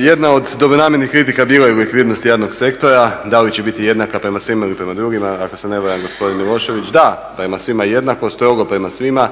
Jedna od dobronamjernih kritika bila je u likvidnosti javnog sektora, da li će biti jednaka prema … ili prema drugima. Ako se ne varam gospodin Milošević, da, prema svima jednako, strogo prema svima,